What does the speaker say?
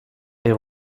est